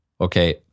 Okay